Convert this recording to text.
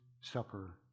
Supper